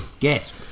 Yes